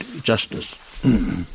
justice